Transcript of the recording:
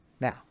Now